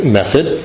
method